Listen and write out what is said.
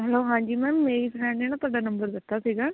hello ਹਾਂਜੀ ma'am ਮੇਰੀ friend ਨੇ ਨਾ ਤੁਹਾਡਾ ਨੰਬਰ ਦਿੱਤਾ ਸੀਗਾ